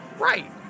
Right